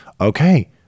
Okay